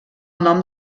nom